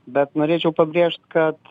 bet norėčiau pabrėžt kad